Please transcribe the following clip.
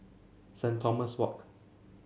Saint Thomas Walk